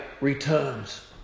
returns